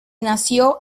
nació